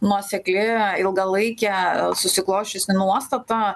nuosekli ilgalaikė susiklosčiusi nuostata